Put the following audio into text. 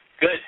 Good